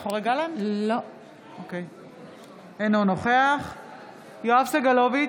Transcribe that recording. אינו נוכח יואב סגלוביץ'